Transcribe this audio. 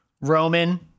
Roman